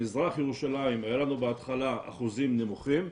במזרח ירושלים היו לנו בהתחלה אחוזים נמוכים,